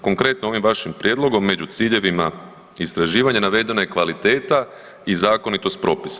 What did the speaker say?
Konkretno ovim vašim prijedlogom među ciljevima istraživanja navedena je kvaliteta i zakonitost propisa.